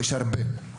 כי יש הרבה על מה.